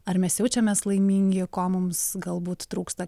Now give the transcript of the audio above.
ar mes jaučiamės laimingi ko mums galbūt trūksta